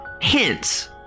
Hints